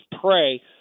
pray